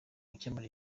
gukemura